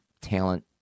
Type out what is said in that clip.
talent